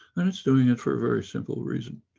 and it's doing it for very simple reason.